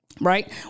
right